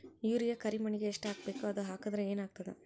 Urea ಕರಿಮಣ್ಣಿಗೆ ಎಷ್ಟ್ ಹಾಕ್ಬೇಕ್, ಅದು ಹಾಕದ್ರ ಏನ್ ಆಗ್ತಾದ?